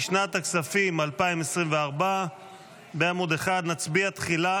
לשנת הכספים 2024 בעמוד 1. נצביע תחילה